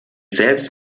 selbst